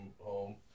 home